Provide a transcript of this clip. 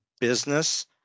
business